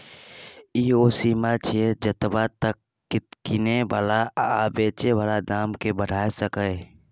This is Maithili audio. ई ओ सीमा छिये जतबा तक किने बला वा बेचे बला दाम केय बढ़ाई सकेए